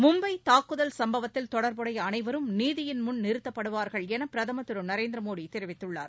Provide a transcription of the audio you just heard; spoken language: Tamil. மும்பை தாக்குதல் சம்பவத்தில் தொடர்புடைய அனைவரும் நீதியின் முன் நிறுத்தப்படுவார்கள் என பிரதமர் திரு நரேந்திர மோடி தெரிவித்துள்ளார்